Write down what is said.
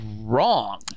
wrong